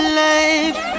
life